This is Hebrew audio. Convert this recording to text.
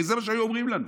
הרי זה מה שהיו אומרים לנו,